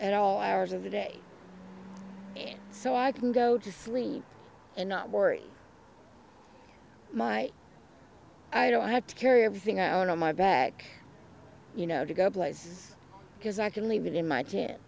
at all hours of the day so i can go to sleep and not worry my i don't have to carry everything out on my back you know to go places because i can leave it in my